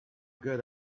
good